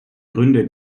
gründe